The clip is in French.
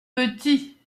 petit